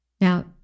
Now